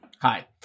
Hi